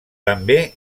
també